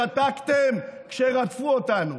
שתקתם כשרדפו אותנו,